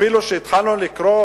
אפילו שהתחלנו לקרוא,